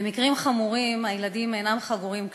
במקרים חמורים הילדים אינם חגורים כלל,